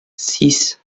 six